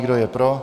Kdo je pro?